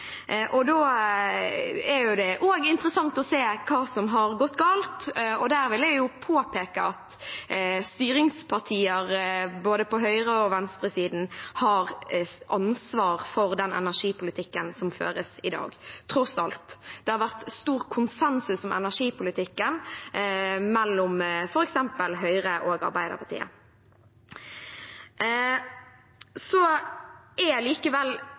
Da er det jo også interessant å se hva som har gått galt. Og da vil jeg påpeke at styringspartier, på både høyresiden og venstresiden, har ansvar for den energipolitikken som føres i dag, tross alt. Det har vært stor konsensus i energipolitikken mellom f.eks. Høyre og Arbeiderpartiet. Konsekvensene av den politikken er likevel